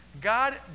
God